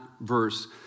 verse